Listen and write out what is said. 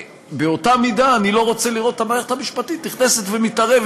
ובאותה מידה אני לא רוצה לראות את המערכת המשפטית נכנסת ומתערבת